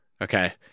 Okay